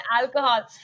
alcohol